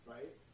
Right